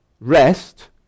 Rest